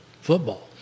football